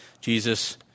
Jesus